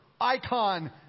icon